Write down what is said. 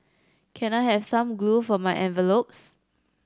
can I have some glue for my envelopes